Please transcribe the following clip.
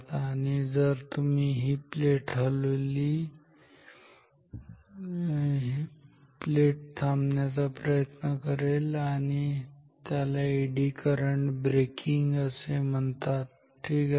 आणि जर तुम्ही ही प्लेट हलवली तर प्लेट थांबण्याचा प्रयत्न करेल त्याला एडी करंट ब्रेकिंग असे म्हणतात ठीक आहे